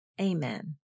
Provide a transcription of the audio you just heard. Amen